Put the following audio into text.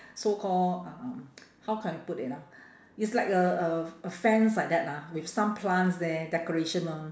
so call um how can I put it ah it's like a a a fence like that lah with some plants there decorations [one]